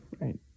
right